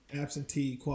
absentee